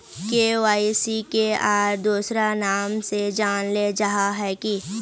KYC के आर दोसरा नाम से जानले जाहा है की?